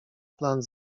plan